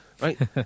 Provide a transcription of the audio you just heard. right